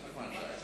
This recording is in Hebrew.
חבר הכנסת נחמן שי.